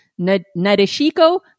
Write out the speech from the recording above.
Nadeshiko